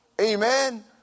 Amen